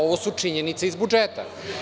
Ovo su činjenice iz budžeta.